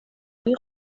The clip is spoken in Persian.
های